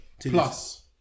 Plus